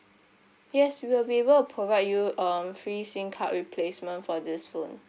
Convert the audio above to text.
yes we'll be able provide you um free SIM card replacement for this phone